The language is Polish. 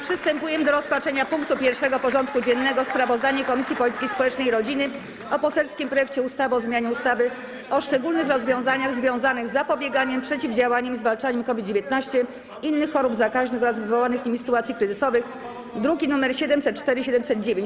Przystępujemy do rozpatrzenia punktu 1. porządku dziennego: Sprawozdanie Komisji Polityki Społecznej i Rodziny o poselskim projekcie ustawy o zmianie ustawy o szczególnych rozwiązaniach związanych z zapobieganiem, przeciwdziałaniem i zwalczaniem COVID-19, innych chorób zakaźnych oraz wywołanych nimi sytuacji kryzysowych (druki nr 704 i 709)